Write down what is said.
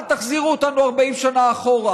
אל תחזירו אותנו 40 שנה אחורה.